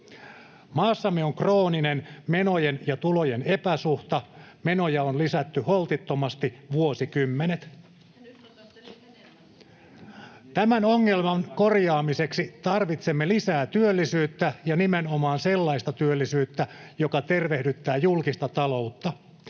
Maassamme on krooninen menojen ja tulojen epäsuhta. Menoja on lisätty holtittomasti vuosikymmenet. [Suna Kymäläinen: Ja nyt te otatte enemmän kuin viime kaudella!] Tämän ongelman korjaamiseksi tarvitsemme lisää työllisyyttä, ja nimenomaan sellaista työllisyyttä, joka tervehdyttää julkista taloutta.